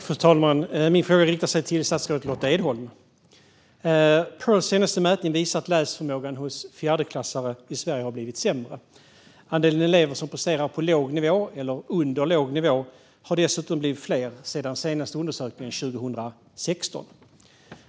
Fru talman! Min fråga riktar sig till statsrådet Lotta Edholm. Pirls senaste mätning visar att läsförmågan hos fjärdeklassare i Sverige har blivit sämre. Andelen elever som placerar sig på låg nivå eller under låg nivå har dessutom blivit större sedan den senaste undersökningen 2016.